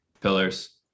pillars